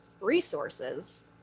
resources